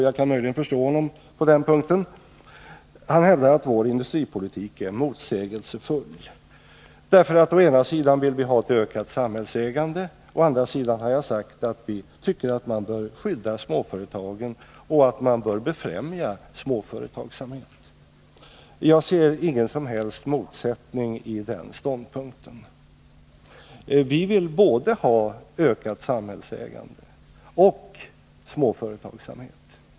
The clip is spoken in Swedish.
Jag kan möjligen förstå honom på den punkten. Han hävdar att vår industripolitik är motsägelsefull, därför att vi å ena sidan vill ha ett ökat samhällsägande, å andra sidan tycker att man bör skydda småföretagen och befrämja småföretagsamhet. Jag ser ingen som helst motsättning i den ståndpunkten. Vi vill ha både ökat samhällsägande och småföretagsamhet.